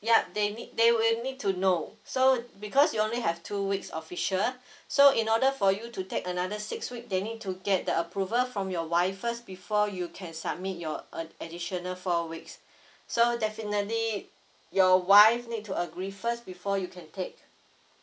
yup they need they will need to know so because you only have two weeks official so in order for you to take another six week they need to get the approval from your wife first before you can submit your err additional four weeks so definitely your wife need to agree first before you can take